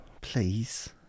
Please